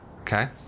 okay